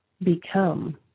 become